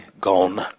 gone